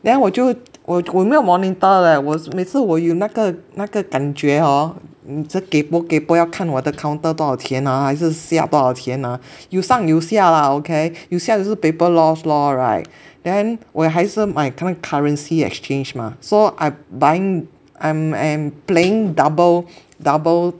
then 我就我我没有 monitor 了我每次我有那个那个感觉 hor 只是 kaypoh kaypoh 要看我的 counter 多少钱 ha 还是下多少钱 ha 有上有下啦 okay 有下也是 paper loss lor right then 我也还是买那个 currency exchange mah so I'm buying I'm and playing double double